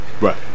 right